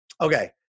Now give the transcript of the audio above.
okay